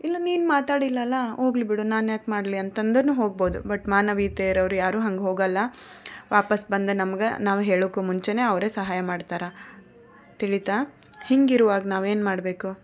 ಇಲ್ಲ ನೀನು ಮಾತನಾಡಿಲ್ಲ ಅಲ್ಲ ಹೋಗ್ಲಿ ಬಿಡು ನಾನ್ಯಾಕೆ ಮಾಡಲಿ ಅಂತ ಅಂತನು ಹೋಗ್ಬೋದು ಬಟ್ ಮಾನವೀಯತೆ ಇರುವವರು ಯಾರು ಹಂಗೆ ಹೋಗೋಲ್ಲ ವಾಪಸ್ಸು ಬಂದು ನಮ್ಗೆ ನಾವು ಹೇಳೋಕ್ಕೂ ಮುಂಚೆಯೇ ಅವರೇ ಸಹಾಯ ಮಾಡ್ತಾರೆ ತಿಳಿತಾ ಹಿಂಗೆ ಇರುವಾಗ ನಾವೇನು ಮಾಡಬೇಕು